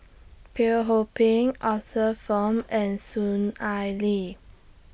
Teo Ho Pin Arthur Fong and Soon Ai Ling